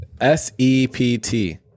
S-E-P-T